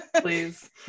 Please